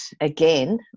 again